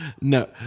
No